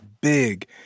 big